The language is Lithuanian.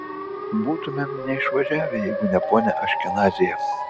būtumėm neišvažiavę jeigu ne ponia aškenazyje